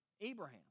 Abraham